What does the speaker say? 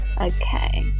Okay